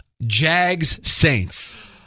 Jags-Saints